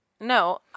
No